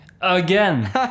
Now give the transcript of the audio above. again